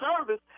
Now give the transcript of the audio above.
service